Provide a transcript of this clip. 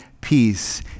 peace